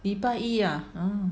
礼拜一 ah orh